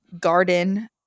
garden